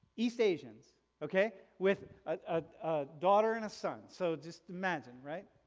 east asians, okay, with a daughter and a son, so just imagine, right?